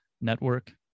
network